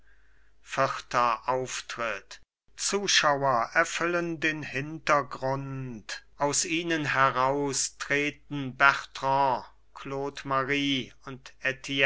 vierter auftritt zuschauer erfüllen den hintergrund aus ihnen heraus treten bertrand claude marie und